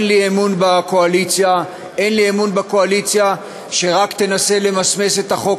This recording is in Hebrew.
אין לי אמון בקואליציה שרק תנסה למסמס את החוק